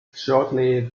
shortly